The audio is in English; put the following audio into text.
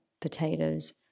potatoes